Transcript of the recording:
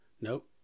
nope